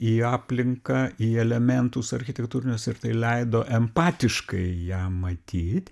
į aplinką į elementus architektūrinius ir tai leido empatiškai jam matyt